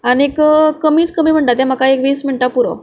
आनी कमीच कमी म्हणटा तें म्हाका एक वीस मिण्टां पुरो